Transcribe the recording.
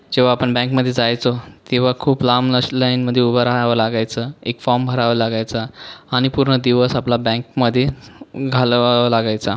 जेव्हा आपण बँकमध्ये जायचो तेव्हा खूप लांब अशा लाईनमध्ये उभं राहावं लागायचं एक फॉर्म भरावं लागायचा आणि पूर्ण दिवस आपला बँकमध्ये घालवावा लागायचा